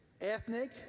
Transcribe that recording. ethnic